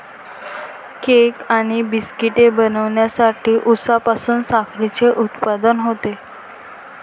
cake आणि बिस्किटे बनवण्यासाठी उसापासून साखरेचे उत्पादन होते